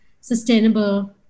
sustainable